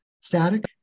static